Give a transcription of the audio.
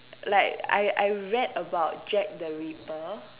like I I read about Jack the Ripper